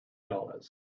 dollars